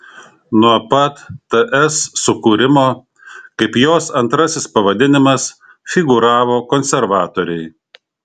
nuo pat ts sukūrimo kaip jos antrasis pavadinimas figūravo konservatoriai